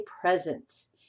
presence